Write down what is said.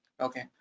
Okay